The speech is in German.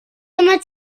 immer